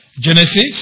Genesis